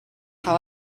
how